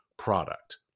product